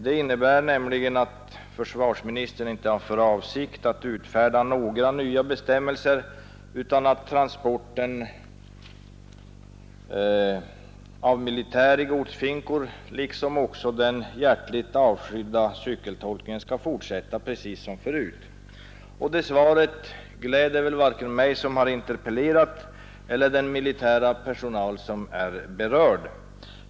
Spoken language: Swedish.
Det innebär nämligen att försvarsministern inte har för avsikt att utfärda några nya bestämmelser, utan att transport av militär i godsfinkor liksom också den hjärtligt avskydda cykeltolkningen skall fortsätta — precis som förut. Det svaret gläder varken mig som interpellerat eller den militära personal som är berörd.